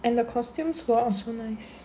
and the costumes were also nice